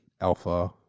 alpha